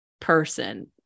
person